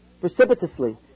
precipitously